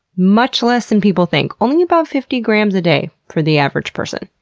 much less than people think only about fifty grams a day for the average person.